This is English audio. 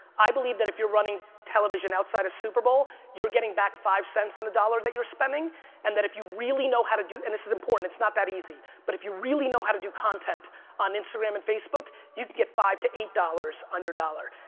i believe that if you're running television outside of super bowl, you're getting back five cents on the dollar that you're spending and that if you really know how to do, and this is important, it's not that easy, but if you really know how to do content on instagram and facebook, you can get five to eight dollars on your dollar.